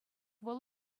вӑл